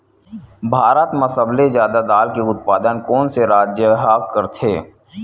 भारत मा सबले जादा दाल के उत्पादन कोन से राज्य हा करथे?